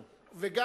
וגם,